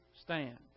stand